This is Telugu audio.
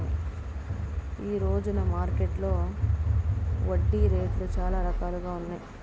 ఈ రోజున మార్కెట్టులో వడ్డీ రేట్లు చాలా రకాలుగా ఉన్నాయి